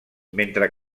mentre